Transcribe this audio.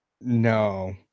no